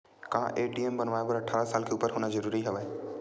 का ए.टी.एम बनवाय बर अट्ठारह साल के उपर होना जरूरी हवय?